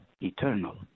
eternal